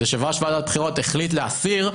יושב-ראש ועדת הבחירות החליט להסיר,